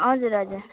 हजुर हजुर